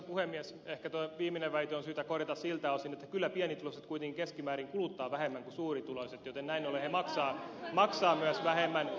ehkä tuo viimeinen väite on syytä korjata siltä osin että kyllä pienituloiset kuitenkin keskimäärin kuluttavat vähemmän kuin suurituloiset joten näin ollen he maksavat myös vähemmän